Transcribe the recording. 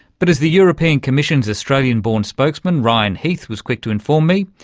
but, as the european commission's australian-born spokesman, ryan heath, was quick to inform me,